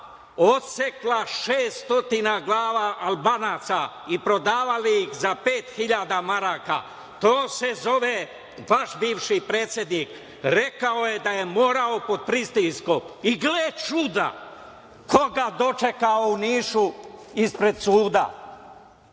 odsekla 600 glava Albanaca i prodavali ih za 5.000 maraka. To se zove vaš bivši predsednik. Rekao je da je morao pod pritiskom. I gle čuda, ko ga je dočekao u Nišu ispred suda.